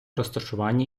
розташування